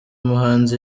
muhanzi